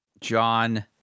John